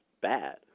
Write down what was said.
bad